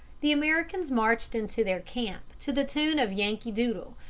the americans marched into their camp to the tune of yankee doodle,